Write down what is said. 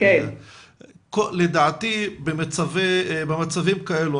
לדעתי במצבים כאלה,